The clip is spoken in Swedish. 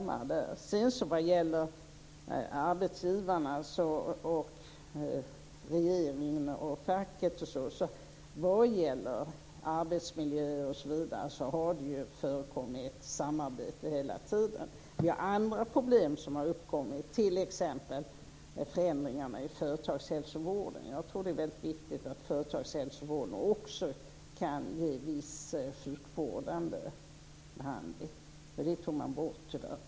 Det har hela tiden förekommit samarbete mellan arbetsgivarna, regeringen och facket vad gäller arbetsmiljö osv. Andra problem har uppkommit, t.ex. förändringarna i företagshälsovården. Jag tror att det är väldigt viktigt att företagshälsovården också kan ge viss sjukvård. Den möjligheten tog man tyvärr bort.